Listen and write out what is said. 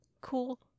cool